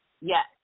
Yes